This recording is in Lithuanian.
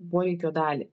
poreikio dalį